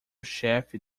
chefe